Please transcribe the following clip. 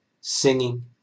singing